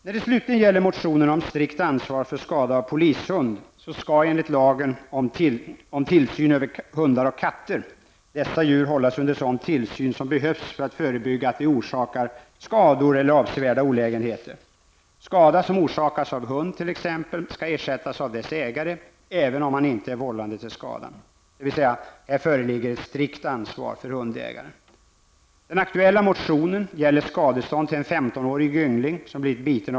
När det slutligen gäller motionerna om strikt ansvar för skada orsakad av polishund, skall enligt lagen om tillsyn över hundar och katter dessa djur hållas under sådan tillsyn som behövs för att förebygga att de orsakar skador eller avsevärda olägenheter. Skada som orsakas av t.ex. hund skall ersättas av dess ägare även om han inte är vållande till skadan, dvs. här föreligger ett strikt ansvar för hundägaren.